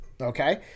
Okay